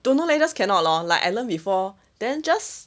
don't know leh just cannot lor like I learnt before then just